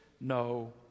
no